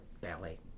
Ballet